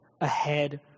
ahead